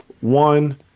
One